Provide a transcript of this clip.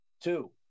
Two